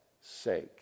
sake